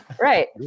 Right